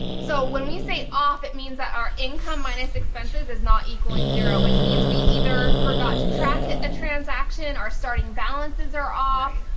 so when we say off, it means that our income minus expenses is not equaling zero, which means we either forgot to track a transaction our starting balances are off,